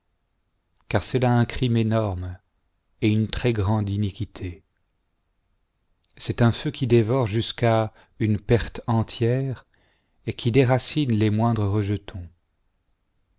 car c'est là un crime énorme et une très grande iniquité c'est un feu qui dévore jusqu'à une perte entière et qui déracine les moindres rejetons